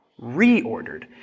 reordered